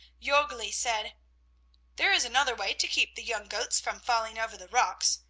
jorgli said there is another way to keep the young goats from falling over the rocks,